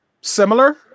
similar